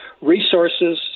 resources